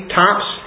tops